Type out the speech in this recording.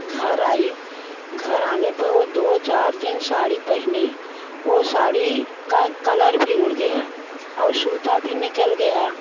घर आई घर आने पे वो दो चार दिन साड़ी पहनी ओ साड़ी का कलर भी उड़ गया और सूता भी निकल गया